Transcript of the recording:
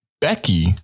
Becky